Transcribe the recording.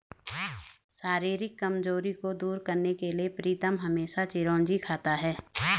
शारीरिक कमजोरी को दूर करने के लिए प्रीतम हमेशा चिरौंजी खाता है